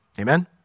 Amen